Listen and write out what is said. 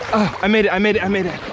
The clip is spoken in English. i made it, i made i made it.